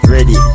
Ready